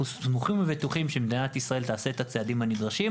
אנחנו סמוכים ובטוחים שמדינת ישראל תעשה את הצעדים הנדרשים.